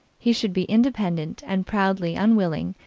he should be independent, and proudly unwilling,